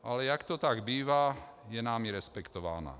Ale jak to tak bývá, je námi respektována.